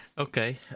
Okay